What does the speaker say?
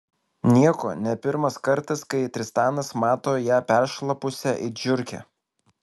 nieko ne pirmas kartas kai tristanas mato ją peršlapusią it žiurkę